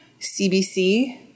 CBC –